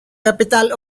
capital